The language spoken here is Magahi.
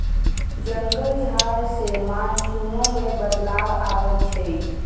जंगल झार से मानसूनो में बदलाव आबई छई